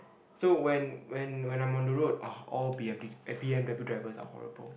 so when when when I'm on the road ah all B_M_T eh B_M_W drivers are horrible